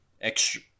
extra